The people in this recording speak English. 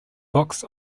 books